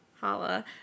Holla